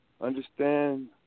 understand